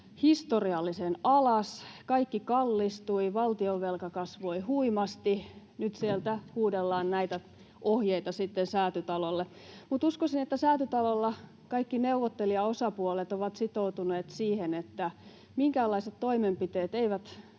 historiallisen alas, kaikki kallistui, valtionvelka kasvoi huimasti. Nyt sieltä huudellaan näitä ohjeita sitten Säätytalolle, mutta uskoisin, että Säätytalolla kaikki neuvottelijaosapuolet ovat sitoutuneet siihen, että minkäänlaiset toimenpiteet eivät